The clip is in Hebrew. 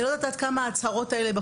אני לא יודעת עד כמה ההצהרות האלה יעזרו,